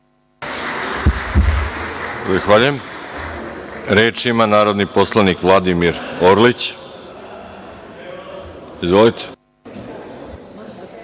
Zahvaljujem. Reč ima narodni poslanik Vladimir Orlić. Izvolite.